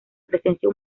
presencia